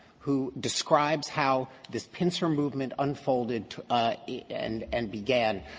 who describes how this pincer movement unfolded and and began.